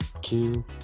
two